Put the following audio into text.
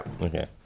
Okay